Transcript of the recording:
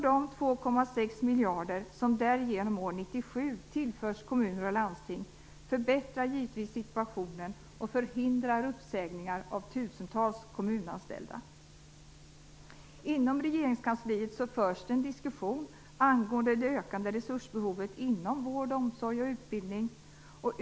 De 2,6 miljarder som därigenom år 1997 tillförs kommuner och landsting förbättrar givetvis situationen och förhindrar uppsägningar av tusentals kommunanställda. Inom regeringskansliet förs en diskussion angående det ökande resursbehovet inom vård, omsorg och utbildning.